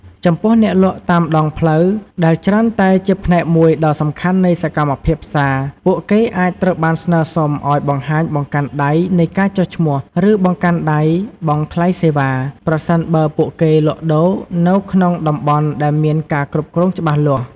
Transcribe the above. ចំពោះ អ្នកលក់តាមដងផ្លូវ ដែលច្រើនតែជាផ្នែកមួយដ៏សំខាន់នៃសកម្មភាពផ្សារ ពួកគេអាចត្រូវបានស្នើសុំឱ្យបង្ហាញ បង្កាន់ដៃនៃការចុះឈ្មោះ ឬ បង្កាន់ដៃបង់ថ្លៃសេវា ប្រសិនបើពួកគេលក់ដូរនៅក្នុងតំបន់ដែលមានការគ្រប់គ្រងច្បាស់លាស់។